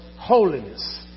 holiness